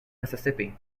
mississippi